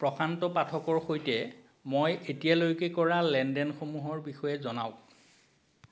প্ৰশান্ত পাঠকৰ সৈতে মই এতিয়ালৈকে কৰা লেনদেনসমূহৰ বিষয়ে জনাওক